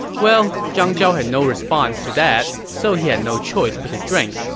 well, zhang zhao had no response to that, so he had no choice but to drink.